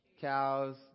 Cows